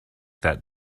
that